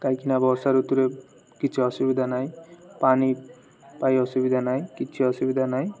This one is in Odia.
କାହିଁକିନା ବର୍ଷା ଋତୁରେ କିଛି ଅସୁବିଧା ନାହିଁ ପାନି ପାଇ ଅସୁବିଧା ନାହିଁ କିଛି ଅସୁବିଧା ନାହିଁ